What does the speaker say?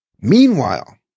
Meanwhile